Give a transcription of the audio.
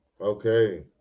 Okay